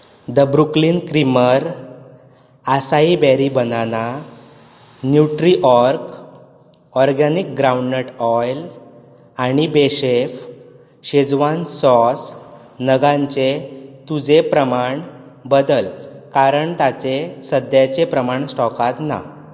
the Brooklyn creamer acai berry banana nutri org organic groundnut oil आनी बेशेफ Schezwan sauce नगांचें तुजें प्रमाण बदल कारण तांचे सद्याचे प्रमाण स्टॉकांत ना